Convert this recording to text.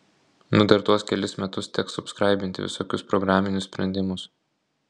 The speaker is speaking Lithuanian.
na dar tuos kelis metus teks subskraibinti visokius programinius sprendimus